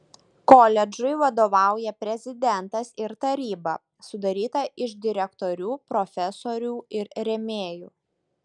koledžui vadovauja prezidentas ir taryba sudaryta iš direktorių profesorių ir rėmėjų